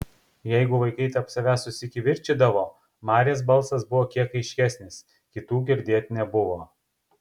jeigu vaikai tarp savęs susikivirčydavo marės balsas buvo kiek aiškesnis kitų girdėt nebuvo